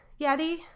yeti